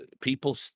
people